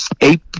eight